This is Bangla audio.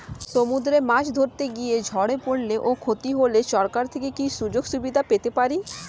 সমুদ্রে মাছ ধরতে গিয়ে ঝড়ে পরলে ও ক্ষতি হলে সরকার থেকে কি সুযোগ সুবিধা পেতে পারি?